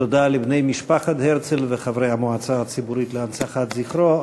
תודה לבני משפחת הרצל ותודה לחברי המועצה הציבורית להנצחת זכרו.